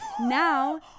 Now